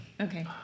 Okay